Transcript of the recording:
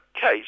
case